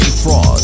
fraud